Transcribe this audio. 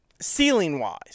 Ceiling-wise –